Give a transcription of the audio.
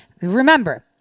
Remember